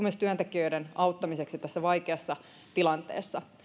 myös työntekijöiden auttamiseksi tässä vaikeassa tilanteessa